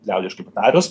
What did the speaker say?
liaudiškai tarus